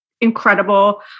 incredible